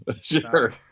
sure